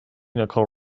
nicole